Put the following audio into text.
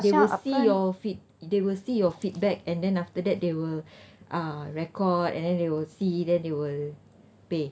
they will see your feed~ they will see your feedback and then after that they will uh record and then they will see then they will pay